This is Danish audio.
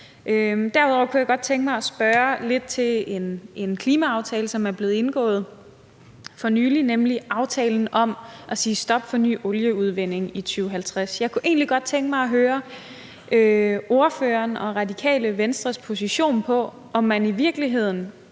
Derudover kunne jeg godt tænke mig at spørge lidt til den klimaaftale, som er blevet indgået for nylig, nemlig aftalen om at sige stop for ny olieudvinding i 2050. Jeg kunne egentlig godt tænke mig at høre, hvad ordførerens og Radikale Venstres position er, i forhold til om man i virkeligheden